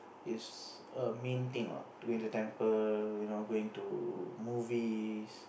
it's a main thing lah going to temple you know going to movies